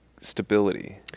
stability